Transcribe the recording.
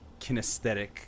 kinesthetic